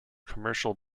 commercial